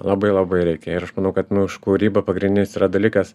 labai labai reikia ir aš manau kad nu už kūrybą pagrindinis yra dalykas